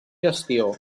gestió